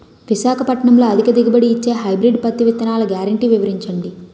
విశాఖపట్నంలో అధిక దిగుబడి ఇచ్చే హైబ్రిడ్ పత్తి విత్తనాలు గ్యారంటీ వివరించండి?